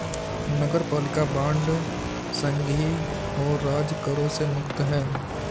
नगरपालिका बांड संघीय और राज्य करों से मुक्त हैं